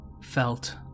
felt